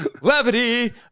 Levity